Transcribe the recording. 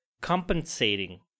compensating